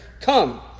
come